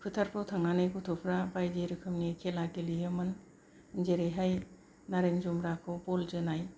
फोथारफोराव थांनानै गथ'फोरा बायदि रोखोमनि खेला गेलेयोमोन जेरैहाय नारें जुमब्राखौ बल जोनाय